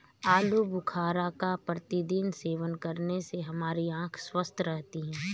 आलू बुखारा का प्रतिदिन सेवन करने से हमारी आंखें स्वस्थ रहती है